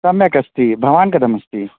सम्यकस्ति भवान् कथमस्ति